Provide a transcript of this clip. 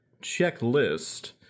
checklist